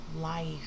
life